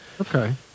okay